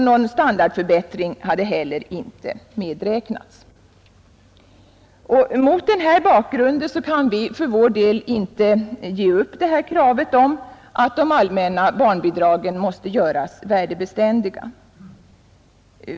Någon standardförbättring hade heller inte medräknats. Mot denna bakgrund kan vi för vår del inte ge upp kravet på att de allmänna barnbidragen måste göras värdebeständiga.